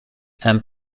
and